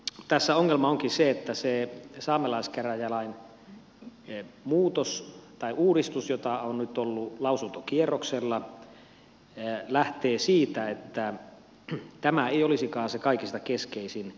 tässä ongelma onkin se että se saamelaiskäräjälain muutos tai uudistus joka on nyt ollut lausuntokierroksella lähtee siitä että tämä ei olisikaan se kaikista keskeisin kriteeri